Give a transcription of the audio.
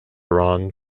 ron